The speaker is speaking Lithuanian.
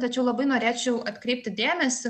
tačiau labai norėčiau atkreipti dėmesį